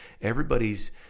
Everybody's